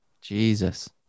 Jesus